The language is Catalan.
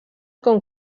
com